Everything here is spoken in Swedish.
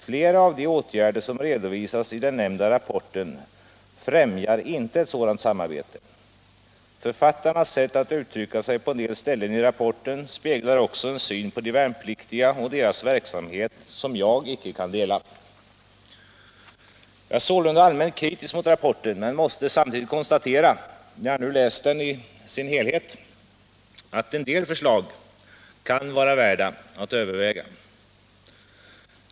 Flera av de åtgärder som redovisas i den nämnda rapporten främjar inte ett sådant samarbete. Författarnas sätt att uttrycka sig på en del ställen i rapporten speglar också en syn på de värnpliktiga och deras verksamhet som jag inte kan dela. Jag är sålunda allmänt kritisk mot rapporten men måste samtidigt konstatera — när jag nu har läst den i sin helhet — att en del förslag kan vara värda att överväga.